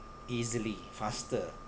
easily faster